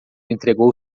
entregou